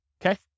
Okay